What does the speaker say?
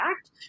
Act